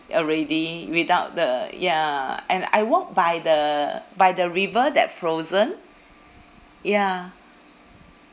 already without the ya and I walked by the by the river that frozen ya